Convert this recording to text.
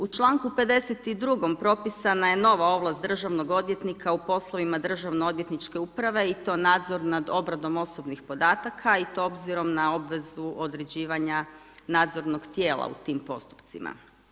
U članku 52. propisana je nova ovlast državnog odvjetnika u poslovima državno odvjetničke uprave i to nadzor nad obradom osobnih podataka i to obzirom na obvezu određivanja nadzornog tijela u tim postupcima.